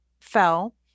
fell